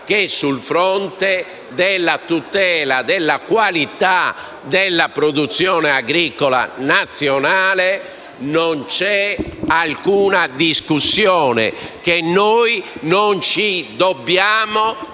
che, sul fronte della tutela della qualità della produzione agricola nazionale, non c'è alcuna discussione. Non è possibile